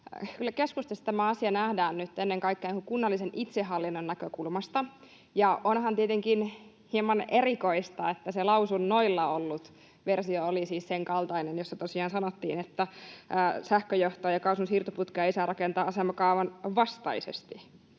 keskustassa tämä asia nähdään nyt ennen kaikkea kunnallisen itsehallinnon näkökulmasta. Onhan tietenkin hieman erikoista, että se lausunnoilla ollut versio oli siis sen kaltainen, jossa tosiaan sanottiin, että sähköjohtojen ja kaasun siirtoputkea ”ei saa rakentaa asemakaavan vastaisesti”,